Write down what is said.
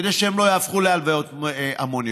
כדי שהן לא יהפכו להלוויות המוניות.